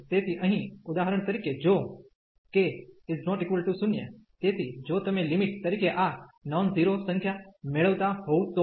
તેથી અહીં ઉદાહરણ તરીકે જો k ≠ 0 તેથી જો તમે લિમિટ તરીકે આ નોન ઝીરો સંખ્યા મેળવતા હોવ તો